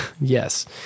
Yes